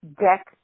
deck